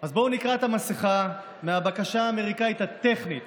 אז בואו נקרע את המסכה מהבקשה האמריקאית הטכנית